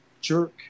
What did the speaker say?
jerk